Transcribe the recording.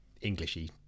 englishy